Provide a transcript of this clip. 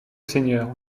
seigneur